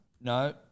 No